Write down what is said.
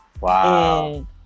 Wow